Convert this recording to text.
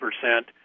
percent